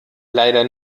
leider